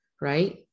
right